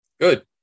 Good